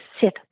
sit